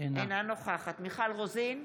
אינה נוכחת מיכל רוזין,